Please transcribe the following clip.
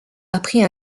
après